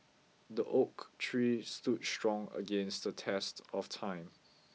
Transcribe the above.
the oak tree stood strong against the test of time